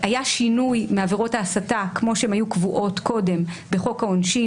היה שינוי מעבירות ההסתה כמו שהם היו קבועות קודם בחוק העונשין